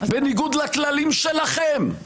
בניגוד לכללים שלכם,